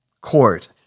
court